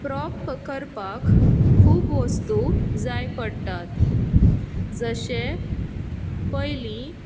prop करपाक खूब वस्तू जाय पडटात जशें पयलीं